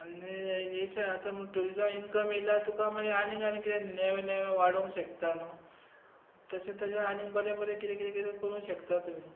आनी हेवटेन tourism income येयल्यार तुका आनी कितें मागीर नेवें नेवें वाडोवंक शकता न्हू तशें ताजेर आनीक बरें बरें कितें कितें करूंक शकता तुमी